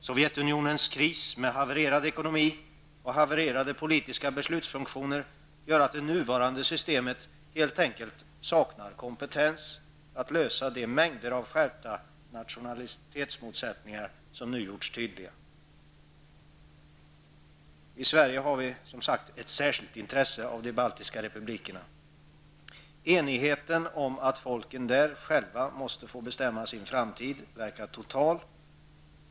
Sovjetunionens kris -- med en havererad ekonomi och havererade politiska beslutsfunktioner -- gör att det beträffande det nuvarande systemet helt enkelt saknas kompetens att lösa den mängd av skärpta nationalitetsmotsättningar som nu har gjorts tydliga. I Sverige har vi, som sagt, ett särskilt intresse för de baltiska republikerna. Enigheten om att folken där själva måste få bestämma sin framtid verkar vara total.